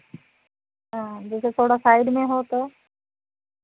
हाँ जैसे थोड़ा साइड में हो तो